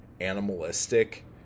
animalistic